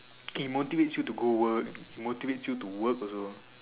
it motivates you go to work it motivates you to work also